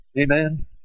Amen